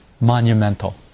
monumental